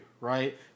Right